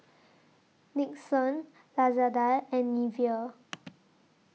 Nixon Lazada and Nivea